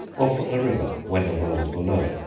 or from the river when the wells were low.